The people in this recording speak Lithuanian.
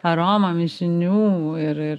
aroma mišinių ir ir